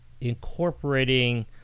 incorporating